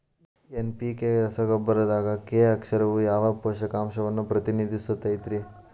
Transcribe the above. NPK ರಸಗೊಬ್ಬರದಾಗ K ಅಕ್ಷರವು ಯಾವ ಪೋಷಕಾಂಶವನ್ನ ಪ್ರತಿನಿಧಿಸುತೈತ್ರಿ?